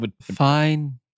Fine